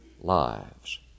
lives